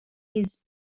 his